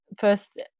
First